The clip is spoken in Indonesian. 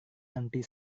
nanti